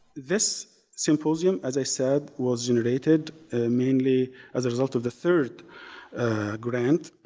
this symposium, as i said, was generated mainly as a result of the third grant.